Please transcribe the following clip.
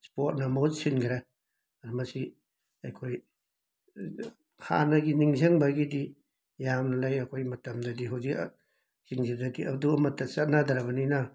ꯁ꯭ꯄꯣꯔꯠꯅ ꯃꯍꯨꯠ ꯁꯤꯟꯈ꯭ꯔꯦ ꯃꯁꯤ ꯑꯩꯈꯣꯏ ꯍꯥꯟꯅꯒꯤ ꯅꯤꯡꯁꯤꯡꯕꯒꯤꯗꯤ ꯌꯥꯝꯅ ꯂꯩ ꯑꯩꯈꯣꯏ ꯃꯇꯝꯗꯒꯤ ꯍꯧꯖꯤꯛ ꯁꯤꯡꯁꯤꯗꯗꯤ ꯑꯗꯨ ꯑꯃꯠꯇ ꯆꯠꯅꯗ꯭ꯔꯕꯅꯤꯅ